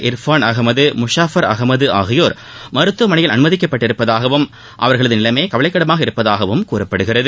இர்பான் அகமது முஷாபர் அகமது பலத்த காயமடைந்த மருத்துவமனையில் அனுமதிக்கப்பட்டுள்ளதாகவும் அவர்களது நிலைமை கவலைக்கிடமாக உள்ளதாகவும் கூறப்படுகிறது